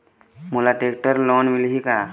मोला tractor loan मिलही का?